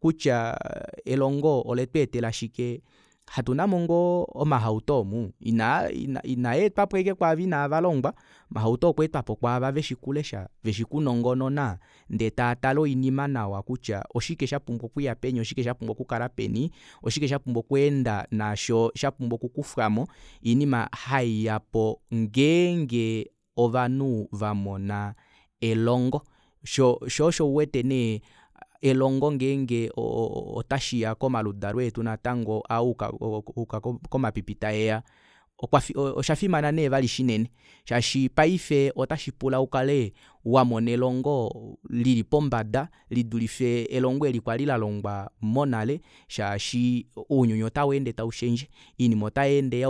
Kutya elongo ole tweetela shike hatunamo ngoo omahauto omu inaa ina inaetwapo ashike kwaava inavalongwa omahauto okwa etwapo kwaava veshi okuleshe veshi okunongonona ndee tatale oinima nawa kutya oshike shapumbwa penya oshike shina okukala peni oshike shapumbwa okweenda naasho shapubwa okukufwamo oinima haiyapo ngeenge ovanhu vamona elongo sho osho uwete nee elongo ngeenge o- o- otashi ya komaludalo etu natango aa ayuka ko- ko komapipi taeya osha fimana vee vali shinene shaashi paife ota shipula ukale wamona elongo lili pombada lidulife elongo eli kwali lalongwa monale shaashi ounyuni otaweende taushendje oinima ota yeende